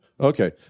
Okay